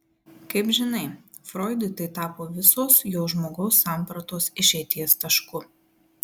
kaip žinai froidui tai tapo visos jo žmogaus sampratos išeities tašku